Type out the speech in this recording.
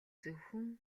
зөвхөн